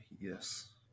yes